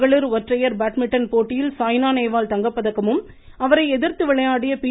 மகளிர் ஒற்றையர் பேட்மிண்டன் போட்டியில் சாய்னா நேவால் தங்கப்பதக்கமும் எதிர்த்து விளையாடிய பி